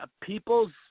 people's